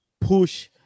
push